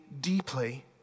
deeply